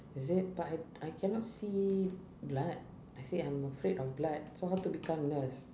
is it but I I cannot see blood I said I'm afraid of blood so how to become nurse